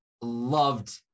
loved